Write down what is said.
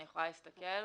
אני יכולה להסתכל.